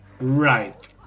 Right